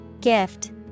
Gift